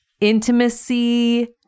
intimacy